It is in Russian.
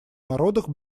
народах